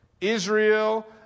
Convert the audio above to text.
Israel